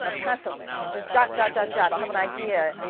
ah constantly. and and just jot, jot, jot, jot. i'll have an idea.